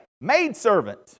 maidservant